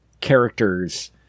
characters